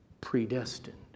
predestined